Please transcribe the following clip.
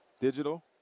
digital